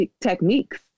techniques